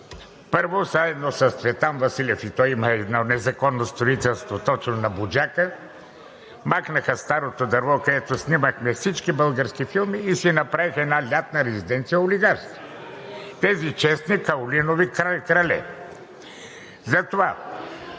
Вас, заедно с Цветан Василев – и той има едно незаконно строителство точно на Буджака, махнаха старото дърво, където снимахме всички български филми и олигарсите си направиха една лятна резиденция. (Шум и реплики.) Тези честни каолинови крале.